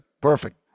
perfect